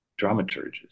dramaturges